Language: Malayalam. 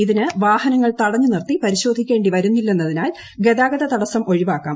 ഇതിന് വാഹനങ്ങൾ തടഞ്ഞുനിർത്തി പരിശോധിക്കേണ്ടി വരുന്നില്ലെന്നതിനാൽ ഗതാഗത തടസ്സം ഒഴിവാക്കാം